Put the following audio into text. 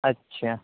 اچھا